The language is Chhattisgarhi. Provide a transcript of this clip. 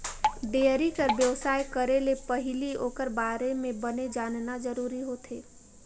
डेयरी कर बेवसाय करे ले पहिली ओखर बारे म बने जानना जरूरी होथे